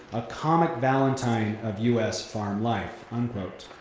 a comic valentine of u s. farm life unquote.